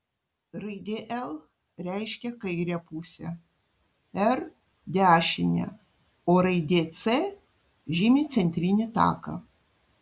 raidė l reiškia kairę pusę r dešinę o raidė c žymi centrinį taką